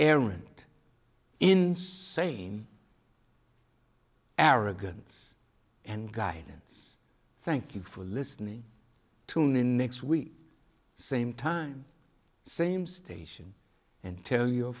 errant insane arrogance and guidance thank you for listening to next week same time same station and tell your